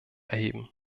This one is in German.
erheben